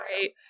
Right